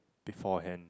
beforehand